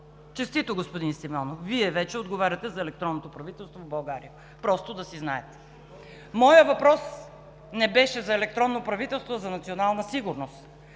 Честито, господин Симеонов! Вие вече отговаряте за електронното правителство в България, просто да си знаете. Моят въпрос не беше за електронно правителство, а за национална сигурност.